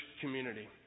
community